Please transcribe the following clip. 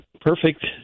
perfect